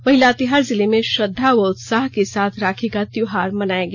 वहीं लातेहार जिले में श्रद्धा व उत्साह के साथ राखी का त्यौहार मनाया गया